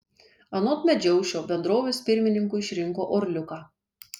anot medžiaušio bendrovės pirmininku išrinko orliuką